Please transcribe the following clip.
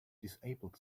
disabled